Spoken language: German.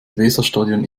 weserstadion